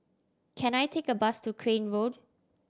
can I take a bus to Crane Road